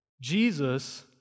Jesus